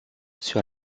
sur